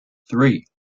three